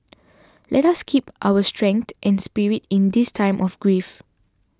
let us keep up our strength and spirit in this time of grief